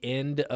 end